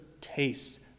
tastes